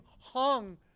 hung